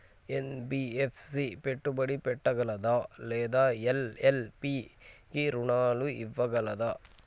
NBFC పెట్టుబడి పెట్టగలదా లేదా ఎల్.ఎల్.పి కి రుణాలు ఇవ్వగలదా?